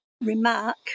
remark